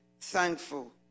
thankful